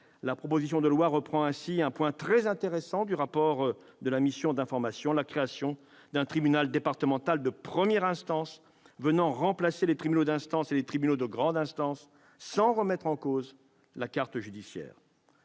La proposition de loi reprend ainsi un point très intéressant du rapport de la mission d'information : la création d'un tribunal départemental de première instance, venant remplacer les tribunaux d'instance et les tribunaux de grande instance sans remettre en cause la carte judiciaire.